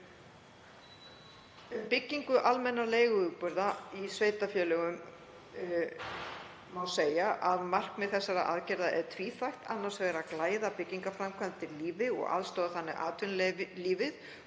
byggingu almennra leiguíbúða í sveitarfélögunum má segja að markmið þeirra aðgerða sé tvíþætt, annars vegar að glæða byggingarframkvæmdir lífi og aðstoða þannig atvinnulífið